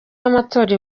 y’amatora